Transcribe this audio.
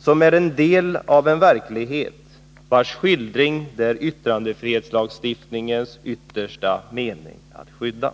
som är en del av en verklighet vars skildring det är yttrandefrihetslagstiftningens yttersta mening att skydda.